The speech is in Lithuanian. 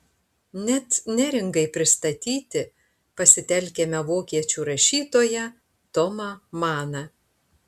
net neringai pristatyti pasitelkiame vokiečių rašytoją tomą maną